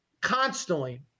constantly